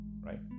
Right